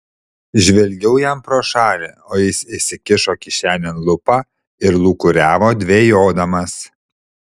žvelgiau jam pro šalį o jis įsikišo kišenėn lupą ir lūkuriavo dvejodamas